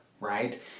right